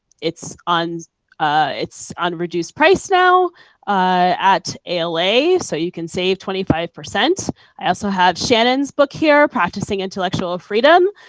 it's on it's on reduced price now at ala, so you can save twenty five. i also have shannon's book here, practicing intellectual ah freedom,